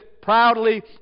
proudly